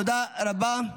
תודה רבה.